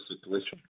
situation